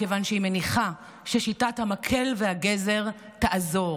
מכיוון שהיא מניחה ששיטת המקל והגזר תעזור,